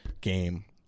game